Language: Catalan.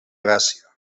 gràcia